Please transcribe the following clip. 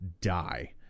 die